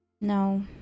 No